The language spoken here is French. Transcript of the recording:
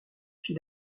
fit